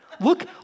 Look